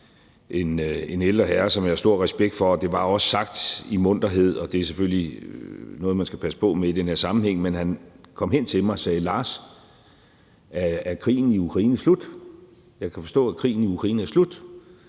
en ældre herre, som jeg har stor respekt for, og det var også sagt i munterhed, og det er selvfølgelig noget, man skal passe på med i den her sammenhæng, men han kom hen til mig og sagde: Lars, er krigen i Ukraine slut? Jeg kan forstå, at krigen i Ukraine er slut.